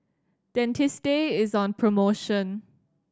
Dentiste is on promotion